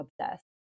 obsessed